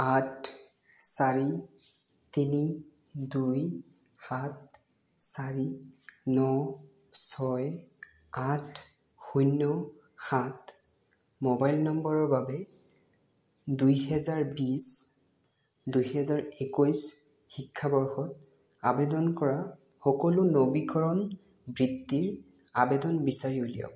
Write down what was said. আঠ চাৰি তিনি দুই সাত চাৰি ন ছয় আঠ শূন্য সাত মোবাইল নম্বৰৰ বাবে দুহেজাৰ বিছ দুহেজাৰ একৈছ শিক্ষাবৰ্ষত আবেদন কৰা সকলো নবীকৰণ বৃত্তিৰ আবেদন বিচাৰি উলিয়াওক